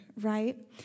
right